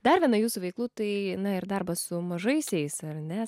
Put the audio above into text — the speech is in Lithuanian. dar viena jūsų veiklų tai na ir darbas su mažaisiais ar ne